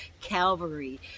Calvary